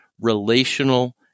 relational